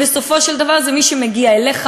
בסופו של דבר זה מי שמגיע אליך,